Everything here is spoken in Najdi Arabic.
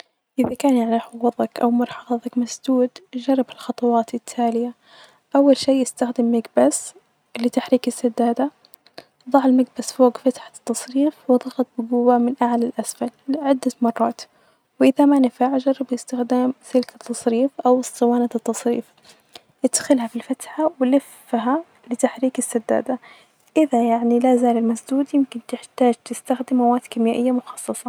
إذا كان يعني حوظك أو مرحاظك مسدود جرب الخطوات التالية، أول شئ إستخدم مكبس لتحريك السدادة، ضع المكبس فوج فتحة التصريف وظبط بجوة من أعلي لأسفل عدة مرات وإذا ما نفع جرب إستخدام سلك التصريف أ صوالة التصريف إذخلها في الفتحة ولفها لتحريك السدادة إذا يعني لازال مسدود يمكن تحتاج تستخدم مواد كيميائية مخصصة.